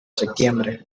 septiembre